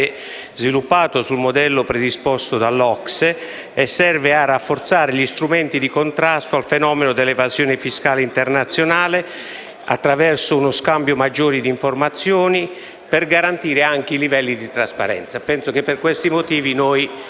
sviluppato sul modello predisposto dall'OCSE e serve a rafforzare gli strumenti di contrasto al fenomeno dell'evasione fiscale internazionale attraverso uno scambio maggiore di informazioni, teso a garantire livelli di trasparenza. Per questi motivi il